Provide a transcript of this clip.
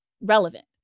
relevant